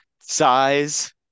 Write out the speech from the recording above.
Size